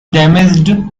damaged